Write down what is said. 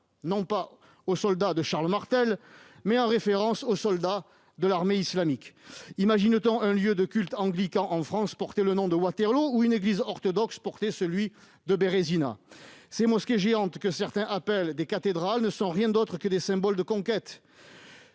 non pas aux soldats de Charles Martel, mais aux soldats de l'Armée islamique. Imagine-t-on un lieu de culte anglican en France porter le nom de Waterloo ou une église orthodoxe porter celui de Bérézina ? Ces mosquées géantes, que certains appellent des cathédrales, ne sont rien d'autre que des symboles de conquête.